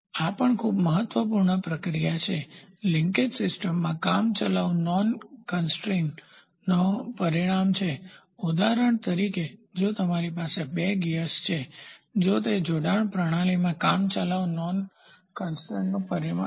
આ પણ ખૂબ જ મહત્વપૂર્ણ પ્રતિક્રિયા છે લિન્કેજ સિસ્ટમમાં કામચલાઉ નોન કન્સ્ટ્રેઇનબિન બંધનનો પરિણામ છે ઉદાહરણ તરીકે જો તમારી પાસે બે ગિયર્સ છે તો તે જોડાણ પ્રણાલીમાં કામચલાઉ નોન કન્સ્ટ્રેઇનનું પરિણામ છે